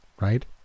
right